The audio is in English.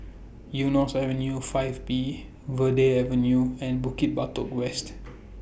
Eunos Avenue five B Verde Avenue and Bukit Batok West